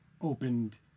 opened